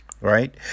Right